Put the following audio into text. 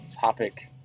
topic